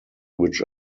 which